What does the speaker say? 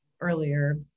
earlier